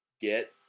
get